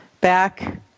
back